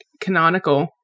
canonical